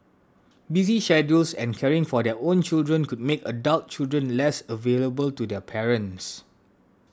busy schedules and caring for their own children could make adult children less available to their parents